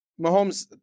Mahomes